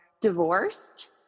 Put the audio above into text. divorced